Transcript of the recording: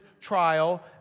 trial